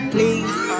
Please